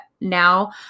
now